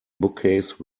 bookcase